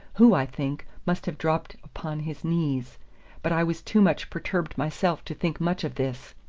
who, i think, must have dropped upon his knees but i was too much perturbed myself to think much of this.